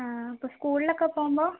ആ അപ്പോൾ സ്കൂളിലൊക്കെ പോകുമ്പോൾ